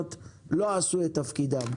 לא נתקלתי.